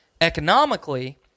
Economically